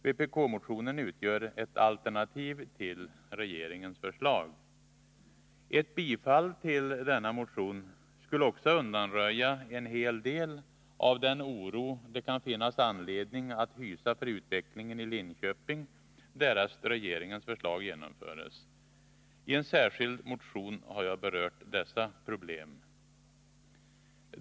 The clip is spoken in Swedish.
Vpk-motionen utgör ett alternativ till regeringens förslag. Ett bifall till denna motion skulle också undanröja en hel del av den oro som det kan finnas anledning att hysa för utvecklingen i Linköping, därest regeringens förslag genomförs. I en särskild motion har jag berört dessa problem.